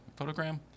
Photogram